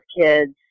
kids